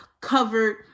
covered